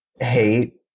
hate